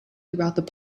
throughout